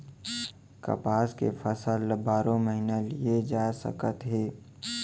कपसा के फसल ल बारो महिना लिये जा सकत हे